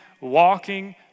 walking